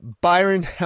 Byron